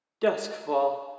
Duskfall